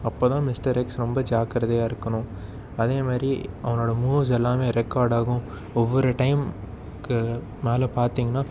அப்போதான் mister X ரொம்ப ஜாக்கிரதையாக இருக்கணும் அதேமாதிரி அவனோடய மூவ்ஸ் எல்லாமே ரெக்கார்ட் ஆகும் ஒவ்வொரு டைம்க்கு மேல் பார்த்திங்கன்னா